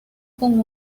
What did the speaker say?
con